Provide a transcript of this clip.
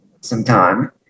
sometime